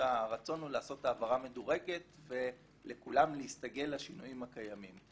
כשהרצון הוא לעשות העברה מדורגת לכולם להסתגל לשינויים הקיימים.